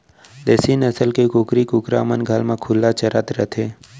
देसी नसल के कुकरी कुकरा मन घर म खुल्ला चरत रथें